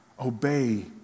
obey